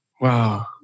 Wow